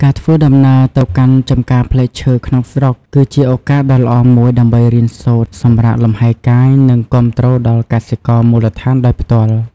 ការធ្វើដំណើរទៅកាន់ចម្ការផ្លែឈើក្នុងស្រុក គឺជាឱកាសដ៏ល្អមួយដើម្បីរៀនសូត្រ សម្រាកលំហែកាយ និងគាំទ្រដល់កសិករមូលដ្ឋានដោយផ្ទាល់។